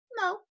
No